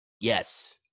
Yes